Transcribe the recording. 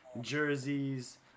jerseys